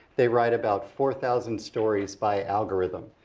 they write about four thousand stories by algorithm.